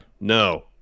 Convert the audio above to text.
no